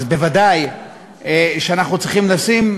אז בוודאי שאנחנו צריכים לשים,